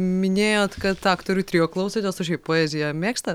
minėjot kad aktorių trio klausotės o šiaip poeziją mėgstat